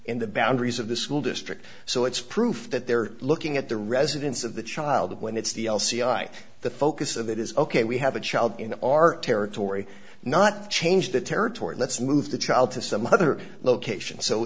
in the boundaries of the school district so it's proof that they're looking at the residence of the child when it's the l c i the focus of it is ok we have a child in our territory not change the territory let's move the child to some other location so